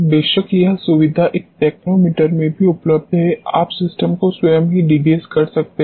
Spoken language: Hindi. बेशक यह सुविधा एक टेक्नो मीटर में ही उपलब्ध है आप सिस्टम को स्वयं ही डीगैस कर सकते हैं